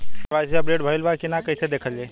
KYC update भइल बा कि ना कइसे देखल जाइ?